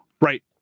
Right